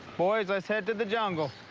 boys, let's head to the jungle.